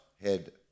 head